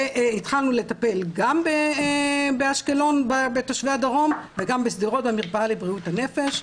והתחלנו לטפל גם באשקלון בתושבי הדרום וגם בשדרות במרפאה לבריאות הנפש.